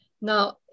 Now